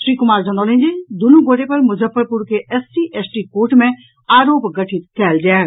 श्री कुमार जनौलनि जे दूनु गोटे पर मुजफ्फरपुर के एससी एसटी कोर्ट मे आरोप गठित कयल जायत